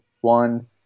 One